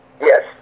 yes